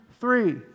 three